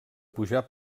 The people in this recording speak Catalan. pujar